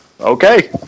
Okay